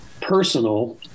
personal